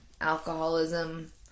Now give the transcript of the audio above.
alcoholism